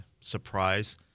surprise